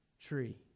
tree